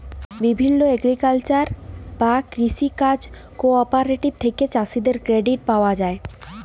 বিভিল্য এগ্রিকালচারাল বা কৃষি কাজ কোঅপারেটিভ থেক্যে চাষীদের ক্রেডিট পায়া যায়